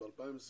ב-2021